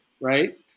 right